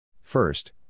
First